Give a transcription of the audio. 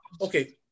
Okay